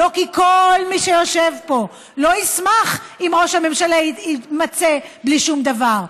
לא כי כל מי שיושב פה לא ישמח אם ראש הממשלה יימצא בלי שום דבר,